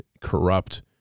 corrupt